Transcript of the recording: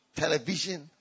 television